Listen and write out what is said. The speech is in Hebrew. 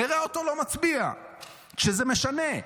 נראה אותו לא מצביע כשזה משנה.